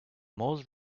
most